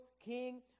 king